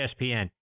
ESPN